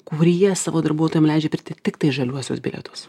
kurie savo darbuotojam leidžia pirkti tiktai žaliuosius bilietus